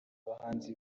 bahanzi